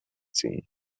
ziehen